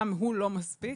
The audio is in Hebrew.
שגם הוא לא מספיק.